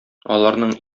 аларның